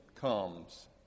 comes